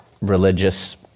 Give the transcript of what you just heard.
religious